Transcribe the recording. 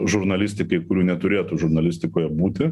žurnalistikai kurių neturėtų žurnalistikoje būti